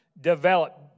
develop